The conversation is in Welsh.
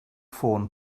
ffôn